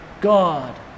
God